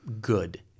good